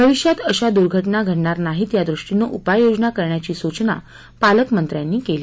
भविष्यात अशा दुर्घटना घडणार नाही या दृष्टीनं उपाययोजना करण्याची सुचना पालकमंत्री सवरा यांनी केली